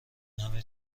همه